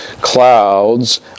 clouds